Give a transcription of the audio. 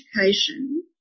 Education